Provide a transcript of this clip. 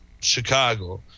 Chicago